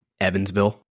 evansville